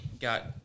got